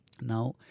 Now